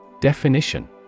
Definition